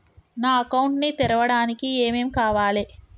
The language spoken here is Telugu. నా అకౌంట్ ని తెరవడానికి ఏం ఏం కావాలే?